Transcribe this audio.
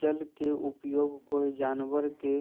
जल के उपयोग कोय जानवर के